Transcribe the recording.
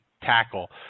tackle